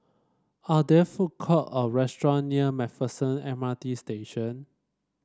are there food court or restaurant near MacPherson M R T Station